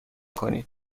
کنید